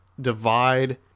divide